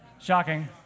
Shocking